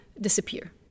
disappear